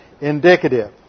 indicative